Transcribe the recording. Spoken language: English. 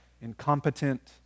incompetent